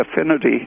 affinity